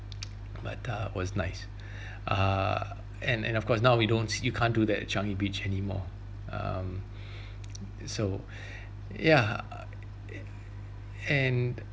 but ah was nice uh and and of course now we don't you can't do that at changi beach anymore um so yeah and